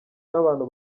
n’abantu